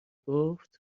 گفت